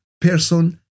person